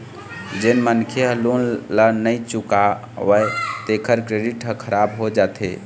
जेन मनखे ह लोन ल नइ चुकावय तेखर क्रेडिट ह खराब हो जाथे